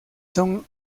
son